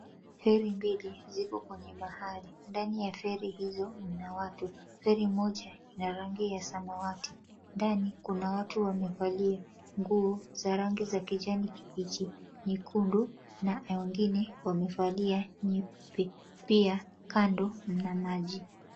Feri mbili ziko kwenye bahari ndani ya feri hizo mna watu, feri moja ina rangi ya samawati ndani kuna watu wamevalia nguo za rangi za kijani kibichi, nyekundu na wengine wamevalia nyeupe pia kando mna maji.